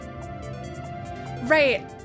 Right